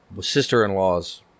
sister-in-law's